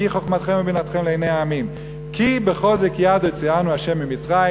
"כי הוא חכמתכם ובינתכם לעיני העמים" "כי בחזק יד הוציאנו ה' ממצרים",